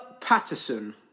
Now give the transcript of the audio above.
Patterson